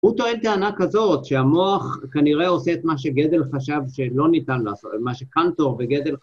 הוא טוען טענה כזאת שהמוח כנראה עושה את מה שגדל חשב שלא ניתן לעשות, מה שקנטור וגדל חשב.